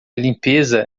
limpeza